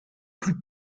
plus